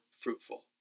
fruitful